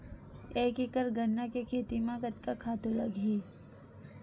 एक एकड़ गन्ना के खेती म कतका खातु लगही?